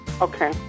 Okay